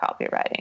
copywriting